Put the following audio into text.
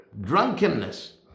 drunkenness